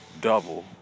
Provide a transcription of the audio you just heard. double-